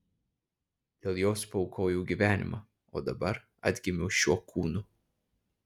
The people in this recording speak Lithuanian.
dėl jos paaukojau gyvenimą o dabar atgimiau šiuo kūnu